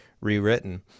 rewritten